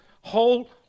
whole